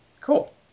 Cool